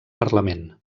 parlament